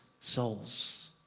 souls